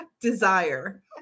desire